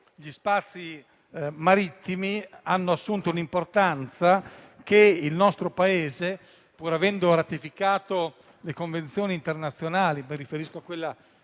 gli spazi marittimi hanno assunto un'importanza che il nostro Paese, pur avendo ratificato le convenzioni internazionali - mi riferisco a quella